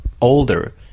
older